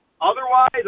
Otherwise